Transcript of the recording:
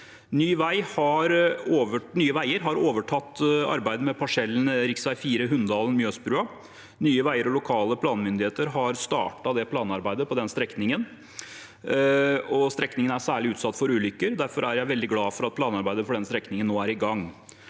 Nye veier har overtatt arbeidet med parsellen rv. 4 Hunndalen–Mjøsbrua. Nye veier og lokale planmyndigheter har startet planarbeidet på den strekningen. Strekningen er særlig utsatt for ulykker. Derfor er jeg veldig glad for at planarbeidet for den strekningen nå er i gang.